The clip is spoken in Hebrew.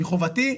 מחובתי.